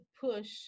push